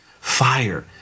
fire